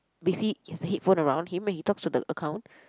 basically he has a headphone around him and he talks to the account